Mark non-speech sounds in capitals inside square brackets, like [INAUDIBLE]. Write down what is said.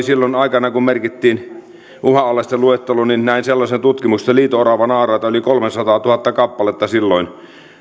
[UNINTELLIGIBLE] silloin aikanaan kun merkittiin uhanalaisten luetteloa näin sellaisen tutkimuksen että liito oravanaaraita oli yli kolmesataatuhatta kappaletta silloin